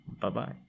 Bye-bye